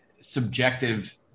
subjective